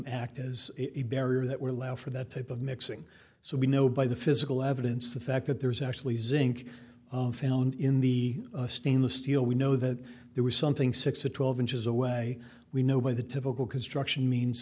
act as a barrier that we're allowed for that type of mixing so we know by the physical evidence the fact that there's actually zinc found in the stainless steel we know that there was something six to twelve inches away we know by the typical construction means